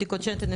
בדיקות שתן,